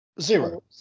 Zero